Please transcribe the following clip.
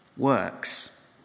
Works